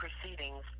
proceedings